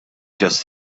just